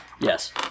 Yes